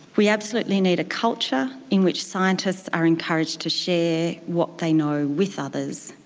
we absolutely need a culture in which scientists are encouraged to share what they know with others,